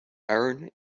iron